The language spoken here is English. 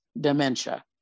dementia